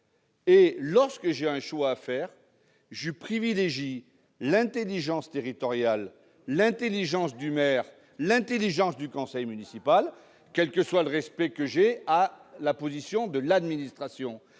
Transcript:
Lorsque j'ai un choix à faire, je privilégie l'intelligence territoriale, l'intelligence du maire et du conseil municipal, quel que soit mon respect pour la position de l'administration.